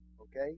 Okay